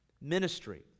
ministry